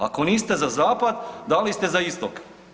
Ako niste za zapad da li ste za istok?